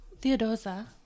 Theodosa